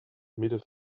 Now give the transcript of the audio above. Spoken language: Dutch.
midden